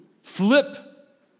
flip